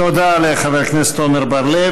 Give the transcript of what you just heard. תודה לחבר הכנסת עמר בר-לב.